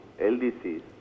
LDCs